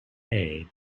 hay